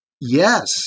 Yes